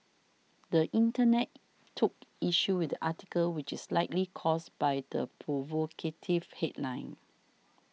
the Internet took issue with the article which is likely caused by the provocative headline